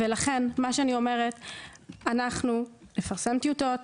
לכן אנחנו נפרסם טיוטות,